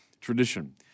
tradition